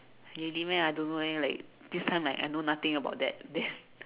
really meh I don't know eh this one I I know nothing about that then